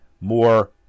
more